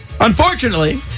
Unfortunately